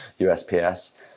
USPS